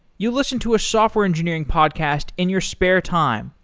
you listen to a software engineering podcast in your spare time,